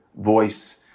voice